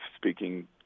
speaking